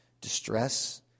distress